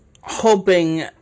hoping